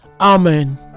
amen